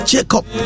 Jacob